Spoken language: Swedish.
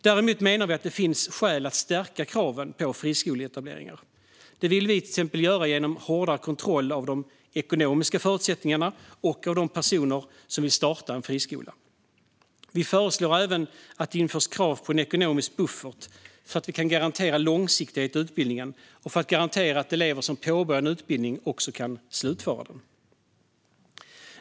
Däremot menar vi att det finns skäl att stärka kraven på friskoleetableringar. Det vill vi göra genom en hårdare kontroll av de ekonomiska förutsättningarna och av de personer som vill starta en friskola. Vi föreslår även att det ska införas krav på en ekonomisk buffert för att garantera långsiktighet i utbildningen och för att garantera att elever som påbörjar en utbildning också kan slutföra den.